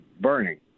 burning